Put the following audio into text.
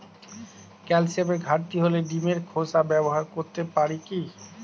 ক্যালসিয়ামের ঘাটতি হলে ডিমের খোসা ব্যবহার করতে পারি কি?